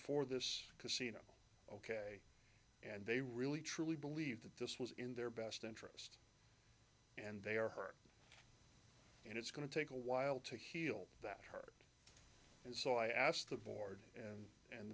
for this casino ok and they really truly believe that this was in their best interest and they are hard and it's going to take a while to heal that hurt and so i asked the board